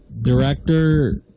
Director